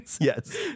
Yes